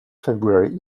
february